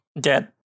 Dead